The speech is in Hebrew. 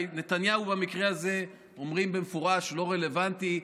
נתניהו, במקרה הזה אומרים במפורש, לא רלוונטי.